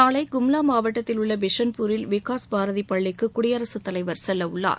நாளை கும்லா மாவட்டத்தில் உள்ள பிஷன்பூரில் விகாஸ் பாரதி பள்ளிக்கு குடியரகத்தலைவர் செல்லவுள்ளார்